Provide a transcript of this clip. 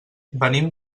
venim